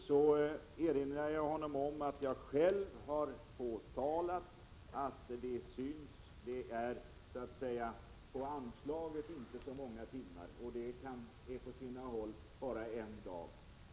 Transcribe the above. Jag erinrar mig att jag själv har påtalat att det på anslagstavlorna inte anges så många timmars öppethållande. På sina håll rör det sig bara om en dag i veckan.